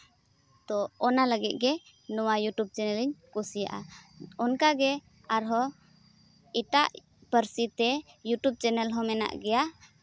ᱛᱳ ᱚᱱᱟ ᱞᱟᱹᱜᱤᱫ ᱜᱮ ᱱᱚᱣᱟ ᱤᱭᱩᱴᱩᱵᱽ ᱪᱮᱱᱮᱞ ᱤᱧ ᱠᱩᱥᱤᱭᱟᱜᱼᱟ ᱚᱱᱠᱟᱜᱮ ᱟᱨᱦᱚᱸ ᱮᱴᱟᱜ ᱯᱟᱹᱨᱥᱤᱛᱮ ᱤᱭᱩᱴᱩᱵᱽ ᱪᱮᱱᱮᱞ ᱦᱚᱸ ᱢᱮᱱᱟᱜ ᱜᱮᱭᱟ